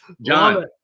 John